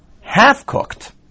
half-cooked